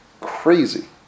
crazy